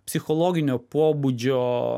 psichologinio pobūdžio